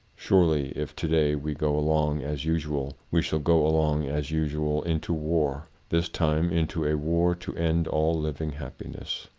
surely, if today we go along as usual, we shall go along as usual into war, this time into a war to end all living happiness.